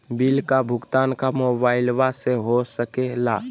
Bill का भुगतान का मोबाइलवा से हो सके ला?